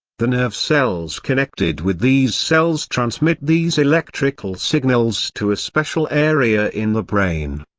the nerve cells connected with these cells transmit these electrical signals to a special area in the brain.